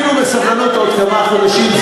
תמתינו בסבלנות עוד כמה חודשים.